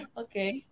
okay